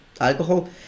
alcohol